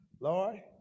Lord